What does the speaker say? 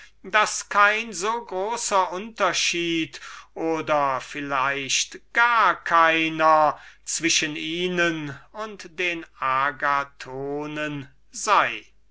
daß kein so großer unterscheid oder vielleicht gar keiner zwischen ihnen und den agathonen sei